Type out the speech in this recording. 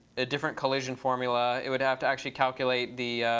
a different collision formula. it would have to actually calculate the